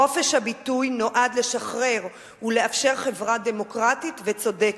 חופש הביטוי נועד לשחרר ולאפשר חברה דמוקרטית וצודקת.